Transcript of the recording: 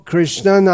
Krishna